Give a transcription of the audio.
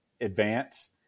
advance